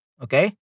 Okay